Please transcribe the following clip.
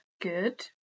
good